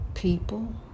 people